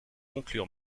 conclure